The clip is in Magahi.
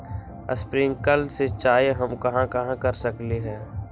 स्प्रिंकल सिंचाई हम कहाँ कहाँ कर सकली ह?